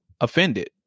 offended